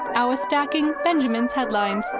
our stacking benjamins headlines.